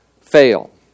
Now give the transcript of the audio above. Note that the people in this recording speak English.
fail